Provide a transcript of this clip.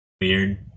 weird